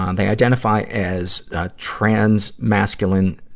um they identify as ah trans-masculine,